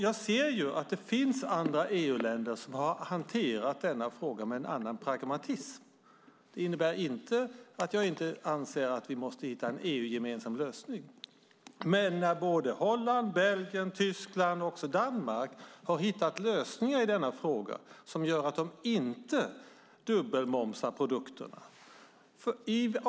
Jag ser att det finns andra EU-länder som har hanterat denna fråga med en annan pragmatism. Det innebär inte att jag inte anser att vi måste hitta en EU-gemensam lösning. Holland, Belgien, Tyskland och Danmark har i avvaktan på en lösning hittat andra lösningar på detta som gör att de inte dubbelmomsar produkterna.